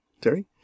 Terry